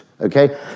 okay